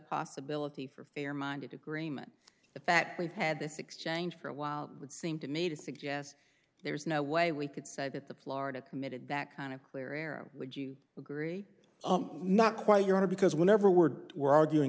possibility for fair minded agreement the fact we've had this exchange for a while would seem to me to suggest there's no way we could say that the florida committed that kind of clear error would you agree not quite your honor because whenever we're we're arguing